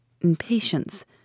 Impatience